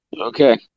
Okay